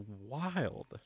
wild